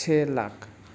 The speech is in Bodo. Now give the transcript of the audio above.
से लाख